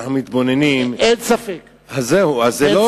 אין ספק, אין ספק.